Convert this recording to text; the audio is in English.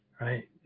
right